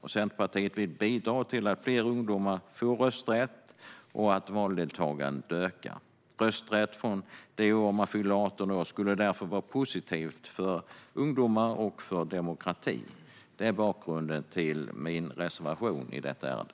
Centerpartiet vill bidra till att fler ungdomar får rösträtt och att valdeltagandet ökar. Rösträtt från det år man fyller 18 år skulle därför vara positivt för ungdomar och för demokratin. Detta är bakgrunden till min reservation i detta ärende.